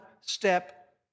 step